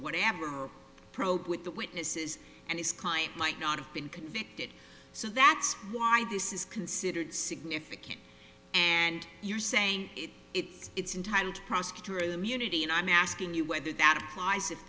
whatever probe with the witnesses and his client might not have been convicted so that's why this is considered significant and you're saying it it's entirely prosecutor immunity and i'm asking you whether that applies if